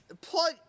Plug